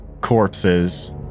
corpses